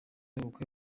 ubukwe